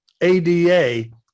ADA